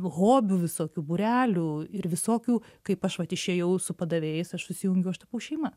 hobių visokių būrelių ir visokių kaip aš vat išėjau su padavėjais aš susijungiau aš tapau šeima